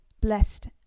blessed